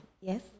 Yes